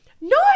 No